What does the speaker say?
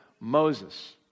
Moses